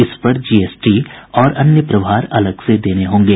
इस पर जीएसटी और अन्य प्रभार अलग से देने होंगे